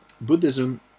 Buddhism